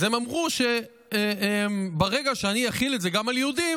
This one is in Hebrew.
אז הם אמרו שברגע שאני אחיל את זה גם על יהודים,